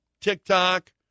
TikTok